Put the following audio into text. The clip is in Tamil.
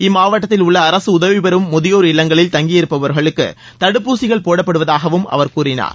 இம்மாவட்டத்தில் உள்ள அரசு உதவிபெறும் முதியோர் இல்லங்களில் தங்கியிருப்பவர்களுக்கு தடுப்பூசிகள் போடப்படுவதாகவும் அவர் கூறினார்